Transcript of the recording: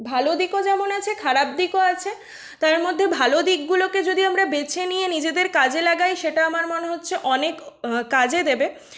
ভালো দিকও যেমন আছে খারাপ দিকও আছে তার মধ্যে ভালো দিকগুলোকে যদি আমরা বেছে নিয়ে নিজেদের কাজে লাগাই সেটা আমার মনে হচ্ছে অনেক কাজে দেবে